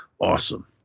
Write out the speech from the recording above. awesome